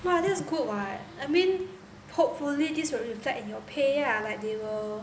!wah! that's good [what] I mean hopefully this will reflect in your pay ah like they will